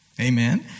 Amen